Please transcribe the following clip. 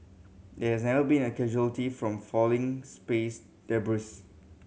there never been a casualty from falling space debris